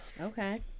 okay